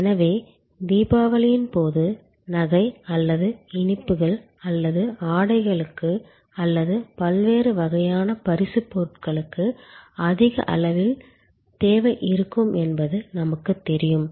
எனவே தீபாவளியின் போது நகை அல்லது இனிப்புகள் அல்லது ஆடைகளுக்கு அல்லது பல்வேறு வகையான பரிசுப் பொருட்களுக்கு அதிக அளவில் தேவை இருக்கும் என்பது நமக்கு தெரியும்